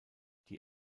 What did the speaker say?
die